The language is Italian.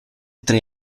tre